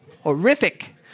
horrific